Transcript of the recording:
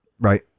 Right